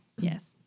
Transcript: Yes